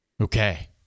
Okay